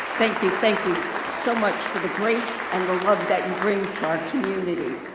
thank you, thank you so much for the grace and the love that you bring to our community.